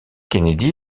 kennedy